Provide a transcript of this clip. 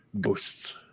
ghosts